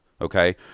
Okay